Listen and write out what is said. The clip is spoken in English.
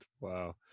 wow